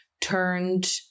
turned